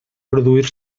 produir